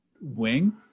wing